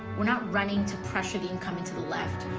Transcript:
we're not running to pressure the incumbent to the left.